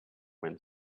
wind